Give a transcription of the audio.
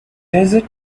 desert